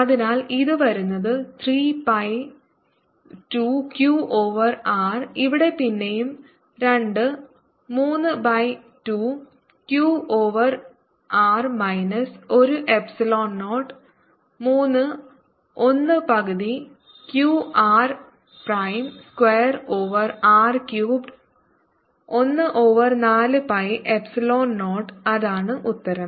അതിനാൽ ഇത് വരുന്നത് 3 ബൈ 2 Q ഓവർ R ഇവിടെ പിന്നെയും 2 3 by 2 Q over R minus ഒരു എപ്സിലോൺ 0 3 1 പകുതി Q r prime square over R cubed 1 over 4 pi epsilon 0 അതാണ് ഉത്തരം